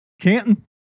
Canton